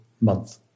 month